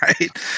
right